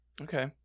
Okay